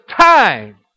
time